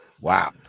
Wow